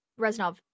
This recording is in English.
Reznov